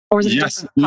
Yes